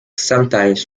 sometimes